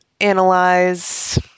analyze